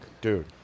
Dude